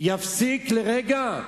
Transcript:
יפסיק לרגע?